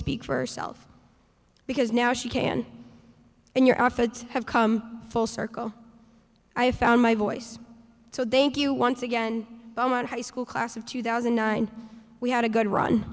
speak for herself because now she can and your outfits have come full circle i found my voice so they think you once again bowman high school class of two thousand and nine we had a good run